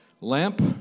lamp